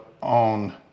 on